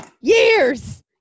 years